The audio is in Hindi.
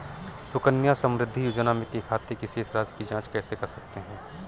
सुकन्या समृद्धि योजना के खाते की शेष राशि की जाँच कैसे कर सकते हैं?